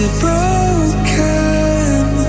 broken